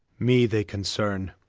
me they concerne,